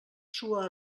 sua